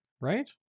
right